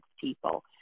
people